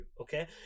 Okay